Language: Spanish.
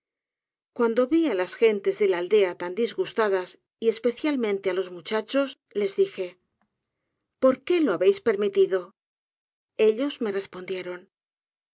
cuando vi á las gen tes de la aldea tan disgustadas y especialmente á los muchachos les dije por qué lo habéis permitido i ellos me respondieron